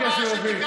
אני מחכה שהוא יביא.